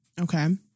Okay